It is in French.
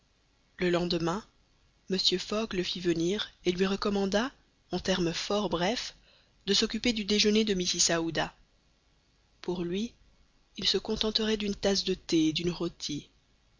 le lendemain mr fogg le fit venir et lui recommanda en termes fort brefs de s'occuper du déjeuner de mrs aouda pour lui il se contenterait d'une tasse de thé et d'une rôtie